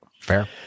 Fair